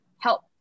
Help